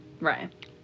right